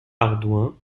ardouin